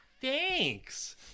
thanks